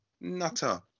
Nutter